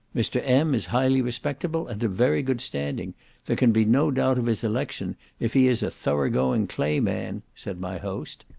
mr. m. is highly respectable, and of very good standing there can be no doubt of his election if he is a thorough-going clay-man, said my host.